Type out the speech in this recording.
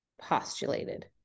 postulated